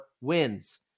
wins